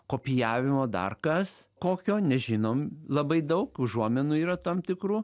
kopijavimo dar kas kokio nežinom labai daug užuominų yra tam tikrų